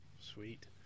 Sweet